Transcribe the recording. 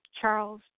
Charles